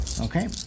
Okay